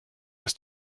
ist